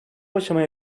aşamaya